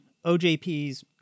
OJP's